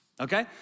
okay